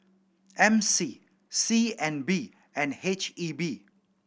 M C C N B and H E B